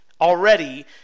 already